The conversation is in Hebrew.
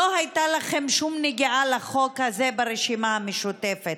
לא הייתה לכם שום נגיעה לחוק הזה ברשימה המשותפת.